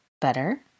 Better